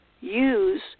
use